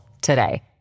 today